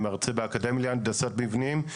מרצה באקדמיה להנדסת מבנים.